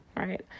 Right